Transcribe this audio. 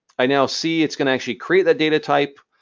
i now see it's going to actually create that data type,